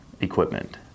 equipment